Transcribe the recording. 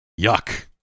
Yuck